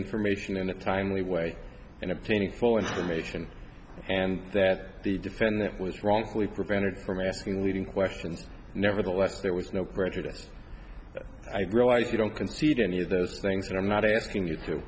information in a timely way in obtaining full information and that the defendant was wrongfully prevented from asking leading questions nevertheless there was no prejudice i realize you don't concede any of those things and i'm not asking you to